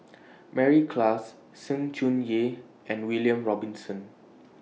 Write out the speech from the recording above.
Mary Klass Sng Choon Yee and William Robinson